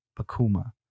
Pakuma